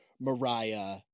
Mariah